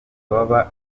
baba